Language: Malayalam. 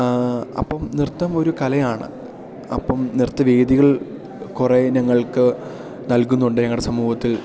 അപ്പം നൃത്തം ഒരു കലയാണ് അപ്പം നൃത്തവേദികൾ കുറേ ഞങ്ങൾക്ക് നൽകുന്നുണ്ട് ഞങ്ങളുടെ സമൂഹത്തിൽ